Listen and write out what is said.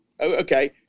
okay